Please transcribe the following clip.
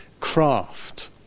craft